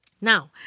Now